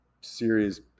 series